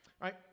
right